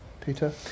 Peter